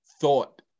thought